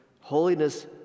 holiness